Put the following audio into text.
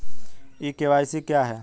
ई KYC क्या है?